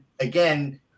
again